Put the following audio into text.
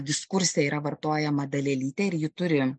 diskurse yra vartojama dalelytė ir ji turi